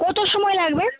কত সময় লাগবে